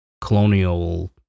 colonial